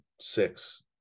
six